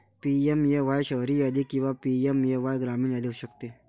PMAY शहरी यादी किंवा पी.एम.ए.वाय ग्रामीण यादी असू शकते